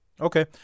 Okay